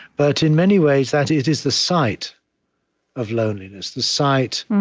but in many ways that it is the site of loneliness the site,